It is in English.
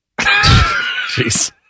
Jeez